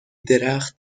درخت